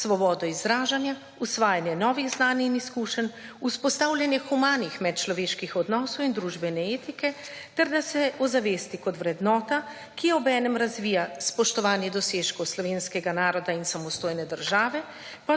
svobodo izražanja, osvajanje novih znanj in izkušenj, vzpostavljanje humanih medčloveških odnosov in družbene etike ter da se ozavesti kot vrednota, ki obenem razvija spoštovanje dosežkov slovenskega naroda in samostojne države,